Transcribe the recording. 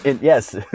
yes